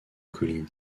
colline